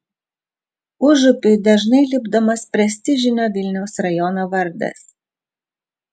užupiui dažnai lipdomas prestižinio vilniaus rajono vardas